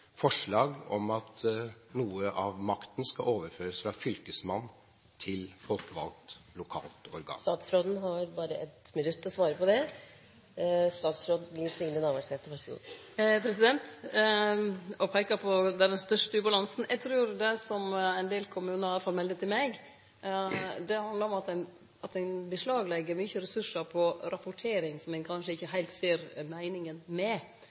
om at noe av makten skal overføres fra fylkesmannen til lokalt folkevalgt organ? Når det gjeld å peike på kvar den største ubalansen er: Det som ein del kommunar iallfall melder til meg, handlar om at ein legg beslag på mykje ressursar til rapportering som ein kanskje ikkje heilt ser meininga med.